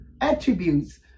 attributes